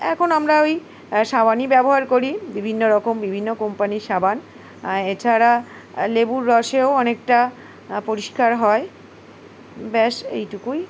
এখন আমরা ওই সাবানই ব্যবহার করি বিভিন্ন রকম বিভিন্ন কোম্পানির সাবান এছাড়া লেবুর রসেও অনেকটা পরিষ্কার হয় ব্যাস এইটুকুই